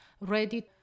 ready